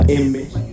image